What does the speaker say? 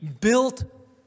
built